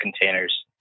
containers